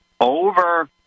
over